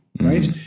right